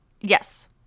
Yes